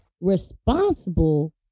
responsible